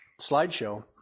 slideshow